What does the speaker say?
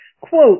quote